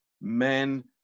men